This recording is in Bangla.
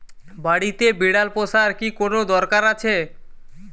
বাড়িতে বিড়াল পোষার কি কোন দরকার আছে?